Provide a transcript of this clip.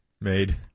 made